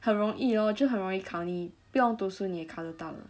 很容易 lor 就很容易考你不用读书你也考得到的